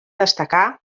destacar